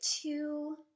two